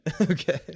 Okay